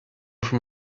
from